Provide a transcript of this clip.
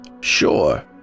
Sure